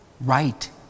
right